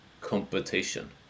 competition